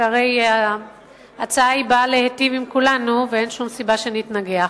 שהרי ההצעה באה להיטיב עם כולנו ואין שום סיבה שנתנגח.